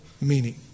meaning